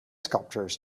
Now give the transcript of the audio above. sculptures